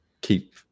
keep